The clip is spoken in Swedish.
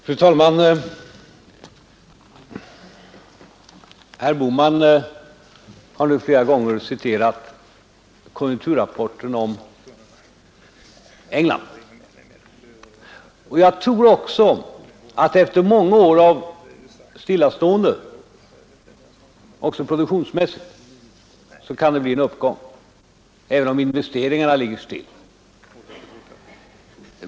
Fru talman! Herr Bohman har nu flera gånger citerat konjunkturrapporten om England. Jag tror också att det efter många år av stillastående, också produktionsmässigt, kan bli en uppgång, även om investeringarna ligger still.